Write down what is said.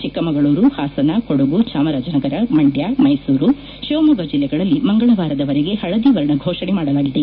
ಚಿಕ್ಕಮಗಳೂರು ಹಾಸನ ಕೊಡಗು ಚಾಮರಾಜನಗರ ಮಂಡ್ಲ ಮೈಸೂರು ಶಿವಮೊಗ್ಗ ಜಿಲ್ಲೆಗಳಲ್ಲಿ ಮಂಗಳವಾರದವರೆಗೆ ಹಳದಿ ವರ್ಣ ಘೋಷಣೆ ಮಾಡಲಾಗಿದೆ